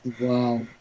Wow